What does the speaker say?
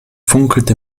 funkelte